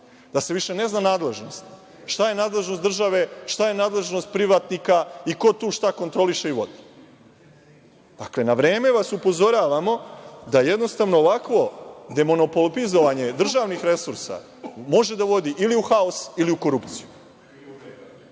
da se više ne zna nadležnost, šta je nadležnost države, šta je nadležnost privatnika i ko tu šta kontroliše i vodi? Dakle, na vreme vas upozoravamo da ovakvo demonopolizovanje državnih resursa može da vodi ili u haos ili u korupciju. Dakle,